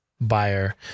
buyer